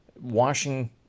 washing